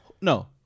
no